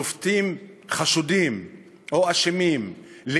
שופטים חשודים או אשמים,